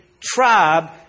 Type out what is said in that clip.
tribe